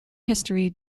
history